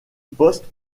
poste